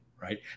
right